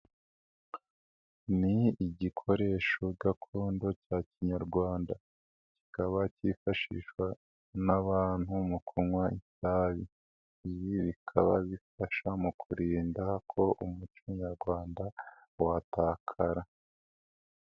Ni igikoresho gakondo cya kinyarwanda, kikaba cyifashishwa n'abantu mu kunywa itabi, ibi bikaba bifasha mu kurinda ko umuco nyarwanda watakara.